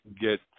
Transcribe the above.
get